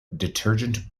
detergent